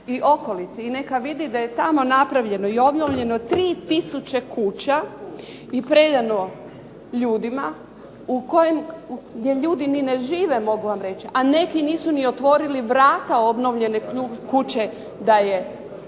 i neka vidi da je tamo napravljeno i obnovljeno 3 tisuće kuća i predano ljudima gdje ljudi ni ne žive mogu vam reći, a neki nisu ni otvorili vrata obnovljene kuće da je